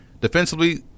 Defensively